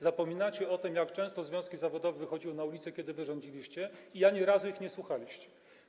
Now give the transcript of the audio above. Zapominacie o tym, jak często związki zawodowe wychodziły na ulicę, kiedy wy rządziliście, i ani razu ich nie słuchaliście.